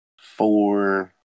four